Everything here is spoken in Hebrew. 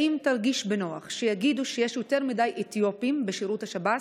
האם תרגיש בנוח שיגידו שיש יותר מדי אתיופים בשירות השב"ס?